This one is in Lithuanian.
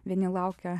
vieni laukia